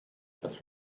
dass